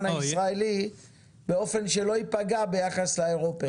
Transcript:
הישראלי באופן שלא ייפגע ביחס לאירופאים.